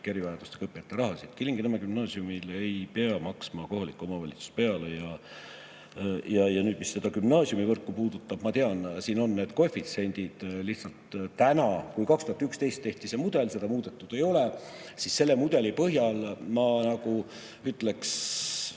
erivajadustega õppijate rahasid. Kilingi-Nõmme Gümnaasiumile ei pea maksma kohalik omavalitsus peale. Mis gümnaasiumivõrku puudutab, siis ma tean, siin on need koefitsiendid lihtsalt täna … Aastal 2011 tehti see mudel, seda muudetud ei ole. Selle mudeli põhjal ma ütleks